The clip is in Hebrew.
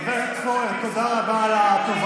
חבר הכנסת פורר, תודה רבה על התובנות.